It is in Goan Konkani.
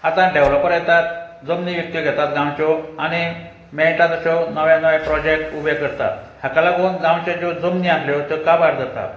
आतां डेवलोपर येतात जमनी विकत्यो घेतात गांवच्यो आनी मेळटा तश्यो नवे नवे प्रोजेक्ट उबे करतात हाका लागून गांवच्यो ज्यो जमनी आसल्यो त्यो काबार जाता